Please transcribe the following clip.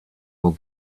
will